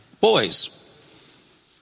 boys